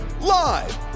live